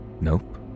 nope